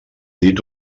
dit